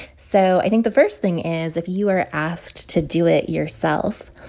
so i think the first thing is if you are asked to do it yourself,